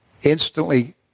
Instantly